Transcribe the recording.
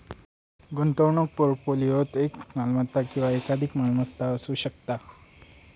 गुंतवणूक पोर्टफोलिओत एक मालमत्ता किंवा एकाधिक मालमत्ता असू शकता